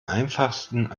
einfachsten